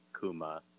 Kuma